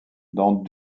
dans